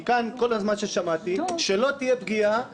כאן כל הזמן שמעתי שלא תהיה פגיעה בגוש.